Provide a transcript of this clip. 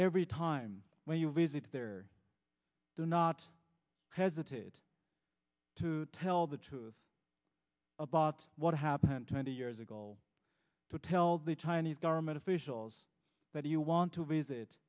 every time when you visit there do not hesitate to tell the truth about what have twenty years ago to tell the chinese government officials that you want to visit